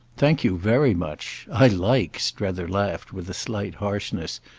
thank you very much. i like, strether laughed with a slight harshness,